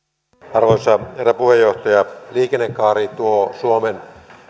arvoisa herra puheenjohtaja liikennekaari tuo suomen